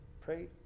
pray